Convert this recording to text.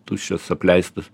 tuščias apleistas